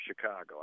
Chicago